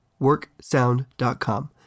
worksound.com